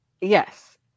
Yes